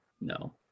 No